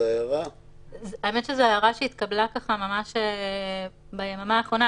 האמת היא שזו הערה שהתקבלה ממש ביממה האחרונה.